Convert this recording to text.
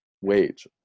wage